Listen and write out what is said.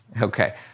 okay